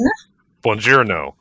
Buongiorno